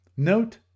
Note